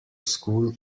school